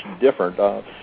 different